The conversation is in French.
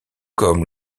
comme